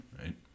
Right